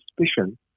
suspicion